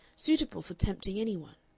suitable for tempting any one.